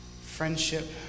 friendship